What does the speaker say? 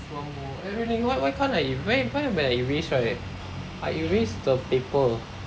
one bowl eh rui ling why why can't I why why when I erase right I erase the paper